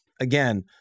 again